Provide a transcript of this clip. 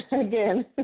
again